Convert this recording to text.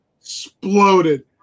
exploded